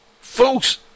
Folks